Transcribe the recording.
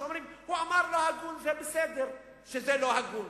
יש אומרים: הוא אמר לא הגון, זה בסדר שזה לא הגון.